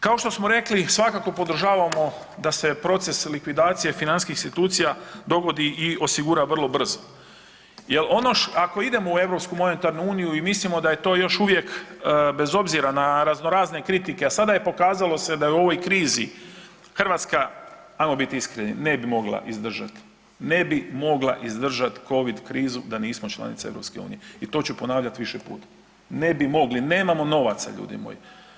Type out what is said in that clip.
Kao što smo rekli, svakako podržavamo da se proces likvidacije financijskih institucija dogodi i osigura vrlo brzo jel ako idemo u Europsku monetarnu uniju i mislimo da je to još uvijek bez obzira na raznorazne kritike, a sada se pokazalo da u ovoj krizi Hrvatska, ajmo biti iskreni, ne bi mogla izdržati, ne bi mogla izdržat covid krizu da nismo članica EU i to ću ponavljat više puta, ne bi mogli, nemamo novaca ljudi moji.